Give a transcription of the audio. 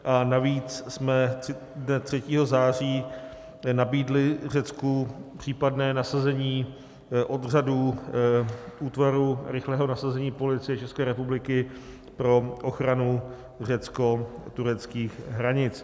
A navíc jsme dne 3. září nabídli Řecku případné nasazení odřadu Útvaru rychlého nasazení Policie České republiky pro ochranu řeckotureckých hranic.